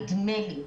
נדמה לי,